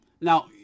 now